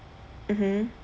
mmhmm